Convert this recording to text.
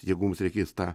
jeigu mums reikės tą